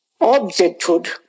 objecthood